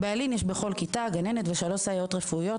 באלי"ן יש בכל כיתה גננת ושלוש סייעות רפואיות,